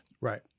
Right